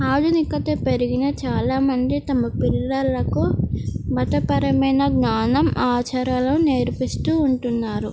ఆధునికత పెరిగినా చాలామంది తమ పిల్లలకు మతపరమైన జ్ఞానం ఆచారాలు నేర్పిస్తూ ఉంటున్నారు